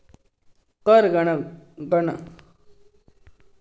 कर गणना एकूण आवक च्या टक्केवारी मध्ये रूपांतरित केली जाता